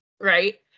right